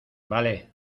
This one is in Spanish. vale